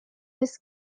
his